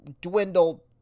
dwindle